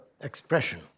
expression